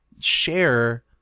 share